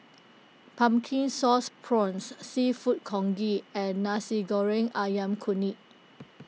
Pumpkin Sauce Prawns Seafood Congee and Nasi Goreng Ayam Kunyit